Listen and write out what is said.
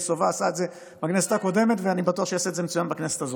במקרה הזה אני מסכים איתה,